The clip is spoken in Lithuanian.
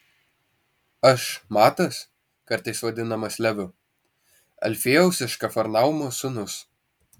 aš matas kartais vadinamas leviu alfiejaus iš kafarnaumo sūnus